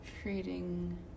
creating